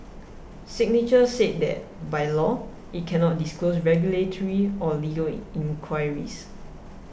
signature said that by law it cannot disclose regulatory or legal in inquiries